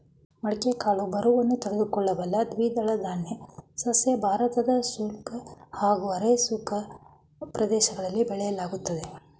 ಮಡಿಕೆ ಕಾಳು ಬರವನ್ನು ತಡೆದುಕೊಳ್ಳಬಲ್ಲ ದ್ವಿದಳಧಾನ್ಯ ಸಸ್ಯ ಭಾರತದ ಶುಷ್ಕ ಹಾಗೂ ಅರೆ ಶುಷ್ಕ ಪ್ರದೇಶಗಳಲ್ಲಿ ಬೆಳೆಯಲಾಗ್ತದೆ